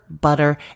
butter